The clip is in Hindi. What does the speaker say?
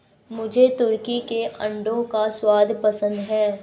मुझे तुर्की के अंडों का स्वाद पसंद है